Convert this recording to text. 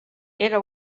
era